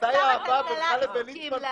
אני אגיש רביזיה על הארבע שנים כדי